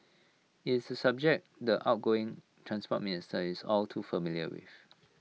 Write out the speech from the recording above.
IT is A subject the outgoing Transport Minister is all too familiar with